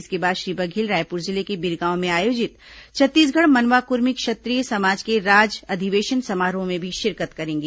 इसके बाद श्री बघेल रायपुर जिले के बिरगांव में आयोजित छत्तीसगढ़ मनवा कुर्मी क्षत्रीय समाज के राज अधिवेशन समारोह में भी शिरकत करेंगे